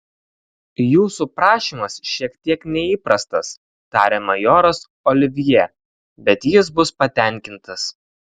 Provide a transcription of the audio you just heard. jūsų prašymas šiek tiek neįprastas tarė majoras olivjė bet jis bus patenkintas